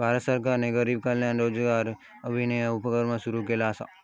भारत सरकारने गरीब कल्याण रोजगार अभियान उपक्रम सुरू केला असा